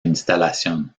instalación